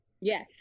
Yes